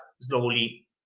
slowly